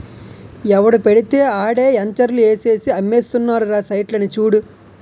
ఎవడు పెడితే ఆడే ఎంచర్లు ఏసేసి అమ్మేస్తున్నారురా సైట్లని చూడు